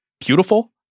beautiful